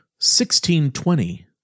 1620